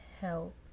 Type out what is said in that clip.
help